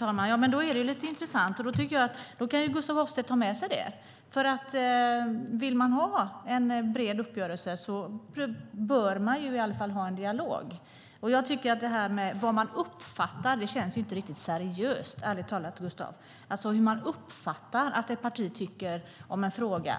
Herr talman! Då är det lite intressant. Det tycker jag att Gustaf Hoffstedt kan ta med sig. Vill man ha en bred uppgörelse bör man i alla fall ha en dialog. Jag tycker att vad man uppfattar ärligt talat inte känns riktigt seriöst, Gustaf, alltså hur man uppfattar att ett parti tycker om en fråga.